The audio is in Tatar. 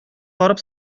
барып